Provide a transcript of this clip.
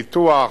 פיתוח,